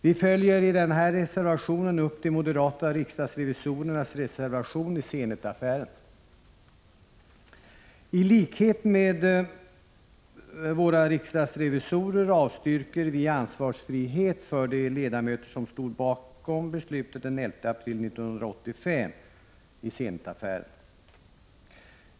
Vi följer i denna reservation upp de moderata riksdagsrevisorernas reservation i Zenitaffären. I likhet med dem avstyrker vi ansvarsfrihet för de ledamöter som stod bakom beslutet den 11 april 1985.